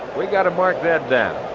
we've gotta mark that down.